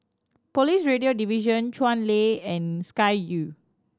Police Radio Division Chuan Lane and Sky Vue